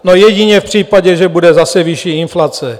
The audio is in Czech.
No, jedině v případě, že bude zase vyšší inflace.